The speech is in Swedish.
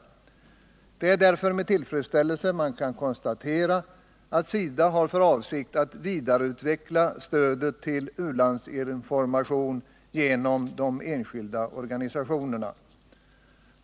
Det är därför med tillfredsställelse man kan konstatera att SIDA har för avsikt att vidareutveckla stödet till u-landsinformation genom de enskilda organisationerna.